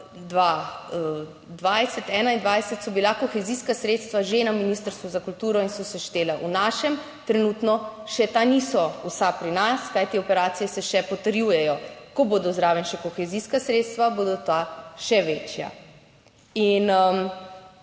2021 so bila kohezijska sredstva že na Ministrstvu za kulturo in so se štela v našem, trenutno še ta niso vsa pri nas, kajti operacije se še potrjujejo. Ko bodo zraven še kohezijska sredstva bodo ta še večja. In